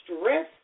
stress